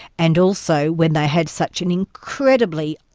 and also when they had such an incredibly,